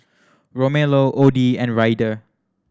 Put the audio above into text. Romello Odie and Ryder